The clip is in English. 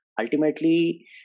ultimately